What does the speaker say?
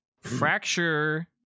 Fracture